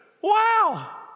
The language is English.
wow